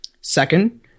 second